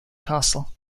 castle